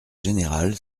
général